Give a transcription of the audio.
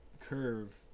curve